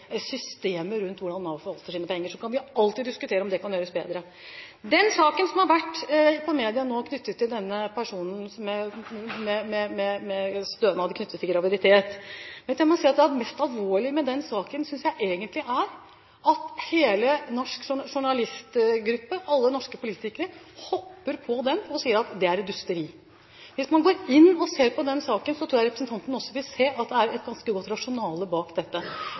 rundt hvordan Nav forvalter sine penger, så kan vi alltid diskutere om det kan gjøres bedre. Så til den saken som har vært i media nå om denne personen med stønad knyttet til graviditet. Jeg må si at jeg synes at det mest alvorlige med den saken egentlig er at hele den norske journalistgruppen og alle norske politikere hopper på den og sier at det er dusteri. Hvis man går inn og ser på den saken, tror jeg representanten også vil se at det er et ganske godt rasjonale bak dette.